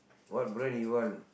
what brand you want